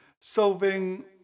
solving